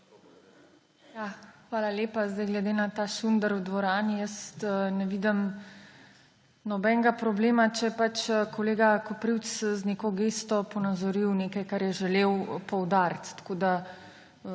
Hvala lepa. Glede na ta šunder v dvorani ne vidim nobenega problema, če je koleg Koprivc z neko gesto ponazoril nekaj, kar je želel poudariti.